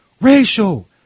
racial